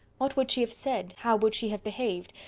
what would she have said? how would she have behaved?